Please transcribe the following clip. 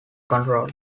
control